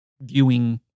viewing